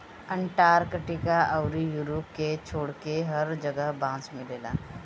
Antarctica अउरी Europe के छोड़के हर जगह बांस मिलेला